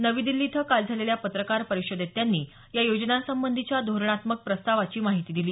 नवी दिल्ली इथं काल झालेल्या पत्रकार परिषदेत त्यांनी या योजनांसंबंधीच्या धोरणात्मक प्रस्तावाची माहिती दिली